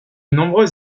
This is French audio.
nombreux